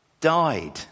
died